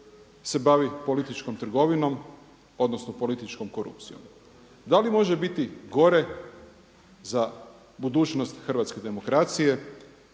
se bavi političkom trgovinom, odnosno političkom korupcijom. Da li može biti gore za budućnost hrvatske demokracije,